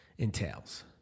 entails